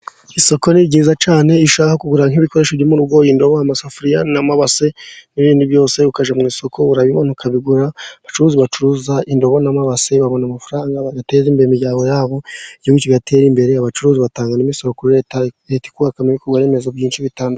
Isoko ni ryiza cyane iyo ishaka kugura nk'ibikoresho byo mi rugo indobo, amasafuriya n'amabase n'ibindi byose ukajya mu isoko urabibona ukabigura. Abacuruzi bacuruza indobo n'amabase babona amafaranga bagateza imbere imiryango yabo, igihugu kigatera imbere abacuruzi batanga n'imisoro kuri Leta. Leta ikubakamo ibikorwa remezo byinshi bitandukanye.